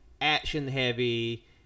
action-heavy